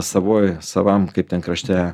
savoj savam kaip ten krašte